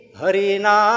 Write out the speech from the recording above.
harina